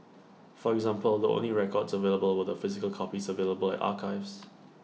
for example the only records available were the physical copies available at archives